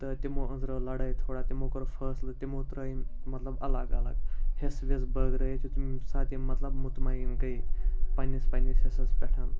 تہٕ تِمو أنٛزرٲو لَڑٲے تھوڑا تِمو کوٚر فٲصلہٕ تِمو ترٛٲے یِم مطلب الگ الگ حِصہٕ وِصہٕ بٲگرٲوِتھ یُتھُے ییٚمہِ ساتہٕ یِم مطلب مطمعن گٔے پنٛنِس پنٛںِس حِصَس پٮ۪ٹھ